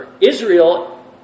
Israel